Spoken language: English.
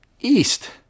east